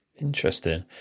Interesting